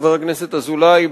חבר הכנסת אזולאי,